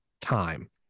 time